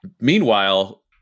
Meanwhile